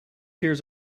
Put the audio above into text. hears